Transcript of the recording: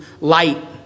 light